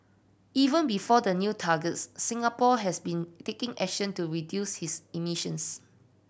even before the new targets Singapore has been taking action to reduce his emissions